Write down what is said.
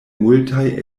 multaj